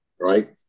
right